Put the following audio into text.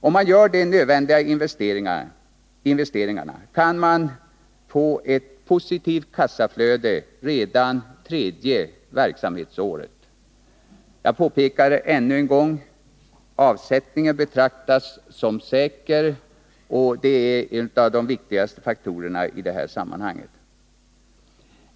Om man gör de nödvändiga investeringarna kan man få ett positivt kassaflöde redan under det tredje verksamhetsåret. Jag framhåller ännu en gång: Avsättningen betraktas som säker. Det är en av de viktigaste faktorerna i detta Nr 131 avseende.